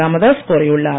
ராமதாஸ் கூறியுள்ளார்